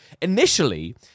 initially